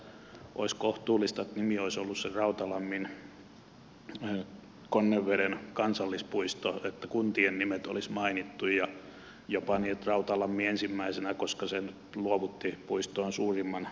siinä mielessä olisi ollut kohtuullista että nimi olisi ollut se rautalamminkonneveden kansallispuisto että kuntien nimet olisi mainittu jopa niin että rautalampi ensimmäisenä koska se luovutti puistoon suurimman maa alueen